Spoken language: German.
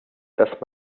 dass